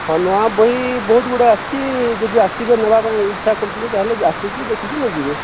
ହଁ ନୂଆ ବହି ବହୁତ ଗୁଡ଼ାଏ ଆସିଛି ଯଦି ଆସିବେ ନେବା ପାଇଁ ଇଚ୍ଛା କରୁଛନ୍ତି ତାହେଲେ ଆସିକି ଦେଖିକି ନେଇଯିବେ